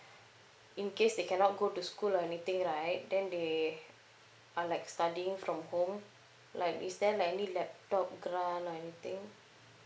in case they cannot go to school or anything right then they are like studying from home like is there like any laptop grant or anything